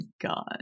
God